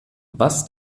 was